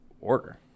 order